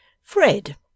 Fred